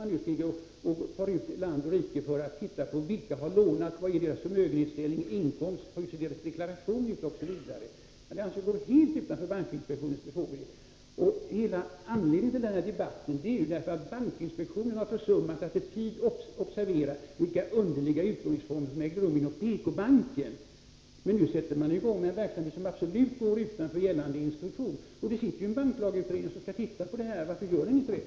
Man far land och rike runt för att titta på vilka som har lånat pengar, hur deras inkomstoch förmögenhetssituation är, hur deras deklarationer ser ut osv. Jag anser att detta går helt utanför bankinspektionens befogenheter. Anledningen till denna debatt är att bankinspektionen har försummat att i tid observera vilka underliga utlåningsformer som ägde rum inom PK-banken. Men nu sätter man i gång en verksamhet som absolut går utanför gällande instruktion. Det finns ju en banklagutredning som skall titta på det här. Varför gör den inte det?